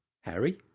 Harry